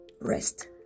rest